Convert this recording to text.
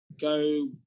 Go